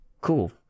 cool